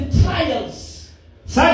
trials